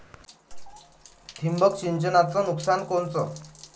ठिबक सिंचनचं नुकसान कोनचं?